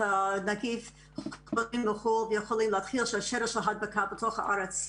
הנגיף נוסעים ויכולים להתחיל את שרשרת ההדבקה בתוך הארץ.